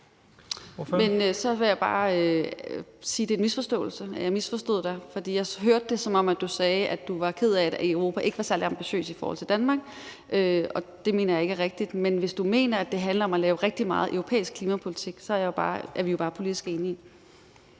Men så vil jeg bare sige, at det er en misforståelse; at jeg misforstod dig. For jeg hørte det, som om du sagde, at du var ked af, at man i Europa ikke var særlig ambitiøs i forhold til Danmark, og det mener jeg ikke er rigtigt. Men hvis du mener, at det handler om at lave rigtig meget europæisk klimapolitik, er vi jo bare politisk enige. Kl.